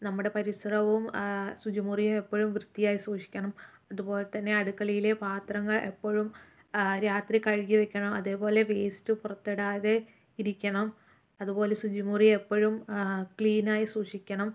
നമ്മുടെ പരിസരവും ശുചിമുറിയും എപ്പോഴും വൃത്തിയായി സൂക്ഷിക്കണം അതുപോലെത്തന്നെ അടുക്കളയിലെ പാത്രങ്ങൾ എപ്പോഴും രാത്രി കഴുകി വെക്കണം അതേപോലെ വേസ്റ്റ് പുറത്തിടാതെ ഇരിക്കണം അതുപോലെ ശുചിമുറി എപ്പോഴും ക്ലീനായി സൂക്ഷിക്കണം